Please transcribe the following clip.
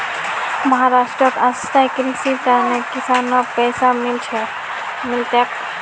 महाराष्ट्रत स्थायी कृषिर त न किसानक पैसा मिल तेक